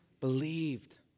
Believed